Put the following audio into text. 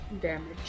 damage